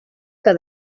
que